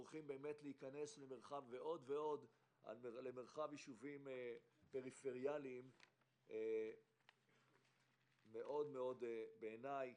אנחנו הולכים להיכנס למרחב ישובים פריפריאליים מאד בעיניי,